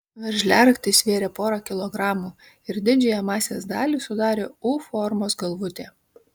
veržliaraktis svėrė porą kilogramų ir didžiąją masės dalį sudarė u formos galvutė